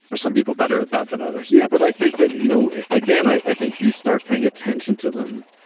are some people better at that than others? yeah, but i think that, you know again, i think if you start paying attention to them,